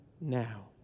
now